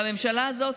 בממשלה הזאת,